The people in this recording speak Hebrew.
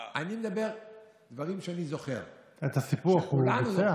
אני מדבר על דברים שאני זוכר, את הסיפוח הוא ביצע?